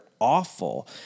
awful